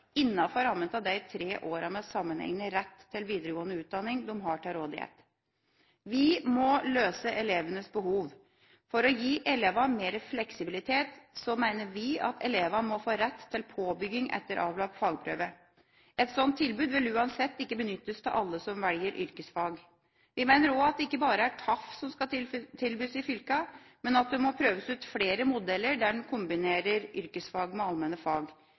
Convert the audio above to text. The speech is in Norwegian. rammen av de tre årene med sammenhengende rett til videregående utdanning de har til rådighet. Vi må løse elevenes behov. For å gi elevene mer fleksibilitet, mener vi at elevene må få rett til påbygging etter avlagt fagprøve. Et slikt tilbud vil uansett ikke benyttes av alle som velger yrkesfag. Vi mener også at det ikke bare er TAF som skal tilbys i fylkene, men at det må prøves ut flere modeller der en kombinerer yrkesfag med allmenne fag. Vi vet at flere fylker også tilbyr HAF, helse- og allmenne fag,